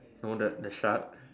no the the shack